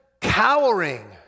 cowering